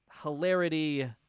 hilarity